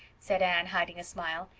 said anne, hiding a smile.